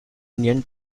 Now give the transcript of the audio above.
indian